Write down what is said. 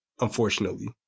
unfortunately